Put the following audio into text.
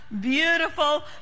beautiful